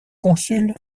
consul